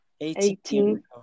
Eighteen